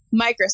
Microsoft